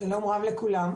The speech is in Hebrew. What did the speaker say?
שלום רב לכולם.